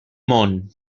món